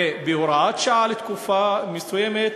ובהוראת שעה לתקופה מסוימת